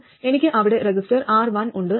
എനിക്ക് അവിടെ resistor R1 ഉണ്ട്